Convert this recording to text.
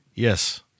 Yes